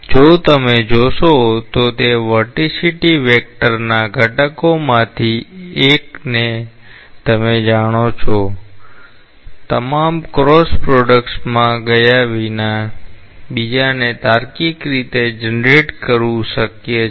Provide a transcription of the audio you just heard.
જો તમે જોશો તો તે વર્ટિસિટી વેક્ટરના ઘટકોમાંથી એકને તમે જાણો છો તમામ ક્રોસ પ્રોડક્ટ્સમાં ગયા વિના બીજાને તાર્કિક રીતે જનરેટ કરવું શક્ય છે